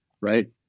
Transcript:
Right